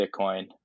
Bitcoin